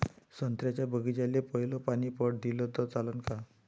संत्र्याच्या बागीचाले पयलं पानी पट दिलं त चालन का?